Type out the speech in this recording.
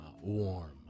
warm